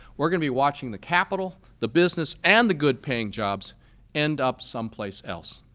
we're going to be watching the capital, the business and the good paying jobs end up someplace else.